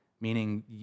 meaning